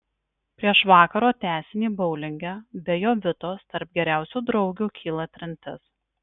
prieš vakaro tęsinį boulinge be jovitos tarp geriausių draugių kyla trintis